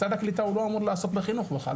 משרד הקליטה הוא לא אמור לעסוק בחינוך בכלל,